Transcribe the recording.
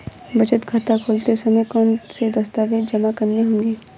बचत खाता खोलते समय कौनसे दस्तावेज़ जमा करने होंगे?